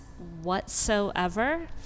whatsoever